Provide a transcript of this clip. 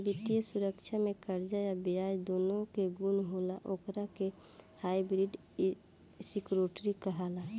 वित्तीय सुरक्षा में कर्जा आ ब्याज दूनो के गुण होला ओकरा के हाइब्रिड सिक्योरिटी कहाला